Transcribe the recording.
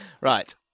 Right